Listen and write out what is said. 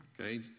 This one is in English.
Okay